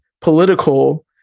political